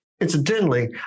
Incidentally